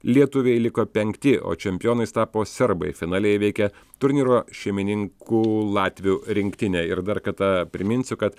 lietuviai liko penkti o čempionais tapo serbai finale įveikė turnyro šeimininkų latvių rinktinę ir dar kartą priminsiu kad